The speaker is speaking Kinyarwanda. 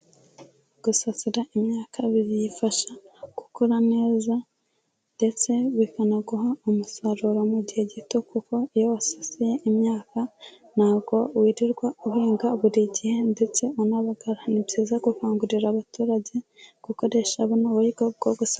Gasasira imyaka biyifasha gukora neza, ndetse bikanaguha umusaruro mu gihe gito kuko iyo wasasiye imyaka, ntabwo wirirwa uhinga buri gihe ndetse unabagara. Ni byiza gukangurira abaturage, gukoresha buno buryo bwo gusasira.